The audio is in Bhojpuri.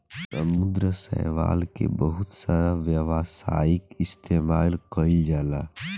समुंद्री शैवाल के बहुत सारा व्यावसायिक इस्तेमाल कईल जाला